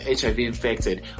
HIV-infected